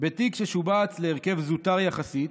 בתיק ששובץ להרכב זוטר יחסית,